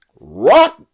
rock